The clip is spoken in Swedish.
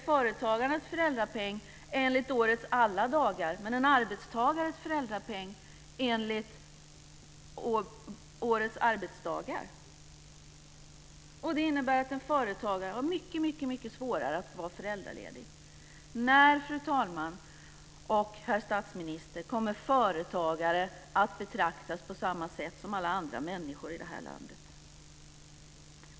Företagarnas föräldrapenning räknas ut enligt årets alla dagar, men en arbetstagares föräldrapenning räknas ut enligt årets arbetsdagar. Det innebär att en företagare har mycket svårare att vara föräldraledig. När, fru talman och herr statsminister, kommer företagare att betraktas på samma sätt som alla andra människor i vårt land?